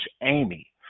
Amy